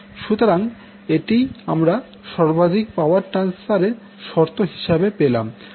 সুতরাং এটিই আমরা সর্বাধিক পাওয়ার ট্রান্সফার এর শর্ত হিসাবে পেলাম